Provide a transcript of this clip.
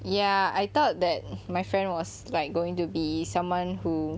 ya I thought that my friend was like going to be someone who